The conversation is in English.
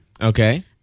Okay